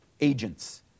agents